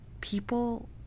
People